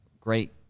great